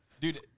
Dude